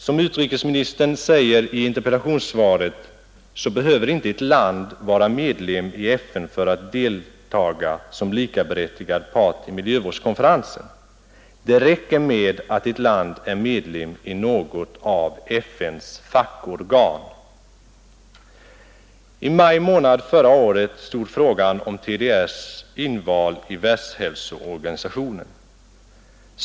Som utrikesministern säger i interpellationssvaret behöver inte ett land vara medlem i FN för att deltaga som likaberättigad part i miljövårdskonferensen. Det räcker med att ett land är medlem i något av FN:s fackorgan. I maj månad förra året behandlades frågan om TDR:s inval i Världshälsoorganisationen.